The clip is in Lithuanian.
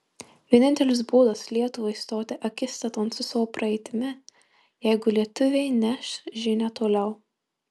vienintelis būdas lietuvai stoti akistaton su savo praeitimi jeigu lietuviai neš žinią toliau